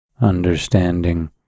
understanding